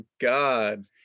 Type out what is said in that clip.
god